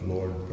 Lord